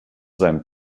seinem